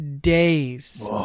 days